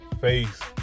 face